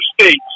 states